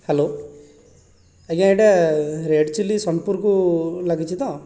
hello ଆଜ୍ଞା ଏଇଟା red chilli ସୋନପୁରକୁ ଲାଗିଛି ତ